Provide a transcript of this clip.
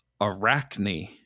Arachne